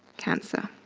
cancer.